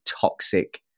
toxic